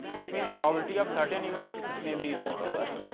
that means, probability of certain events may be known to us,